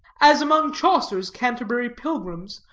as among chaucer's canterbury pilgrims,